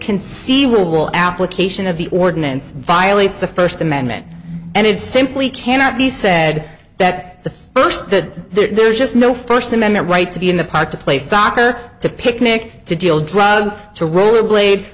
conceivable application of the ordinance violates the first amendment and it simply cannot be said that the first the there's just no first amendment right to be in the park to play soccer to picnic to deal drugs to rollerblade